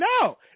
no